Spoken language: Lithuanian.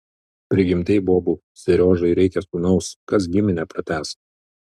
prigimdei bobų seriožai reikia sūnaus kas giminę pratęs